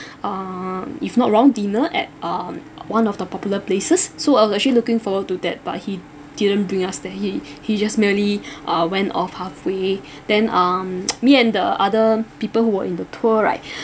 uh if not wrong dinner at um one of the popular places so I was actually looking forward to that but he didn't bring us there he he just merely uh went off halfway then um me and the other people who were in the tour right